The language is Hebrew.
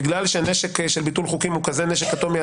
בגלל שהנשק של ביטול חוקים הוא כזה נשק אטומי,